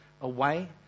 away